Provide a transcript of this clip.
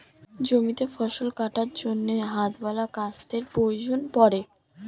জমিতে ফসল কাটার জন্য হাতওয়ালা কাস্তের প্রয়োজন পড়ে